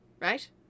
right